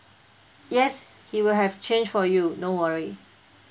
yes he will have change for you no worry